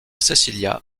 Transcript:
cécilia